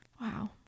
Wow